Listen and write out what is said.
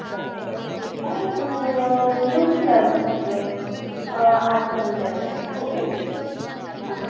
बरं बरं ठिक आहे मग येऊन जाल मग आज संध्याकाळी ओके हा